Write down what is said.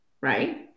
right